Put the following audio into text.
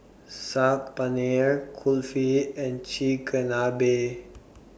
Saag Paneer Kulfi and Chigenabe